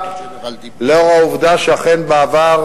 לאור העובדה שאכן בעבר,